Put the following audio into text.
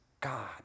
God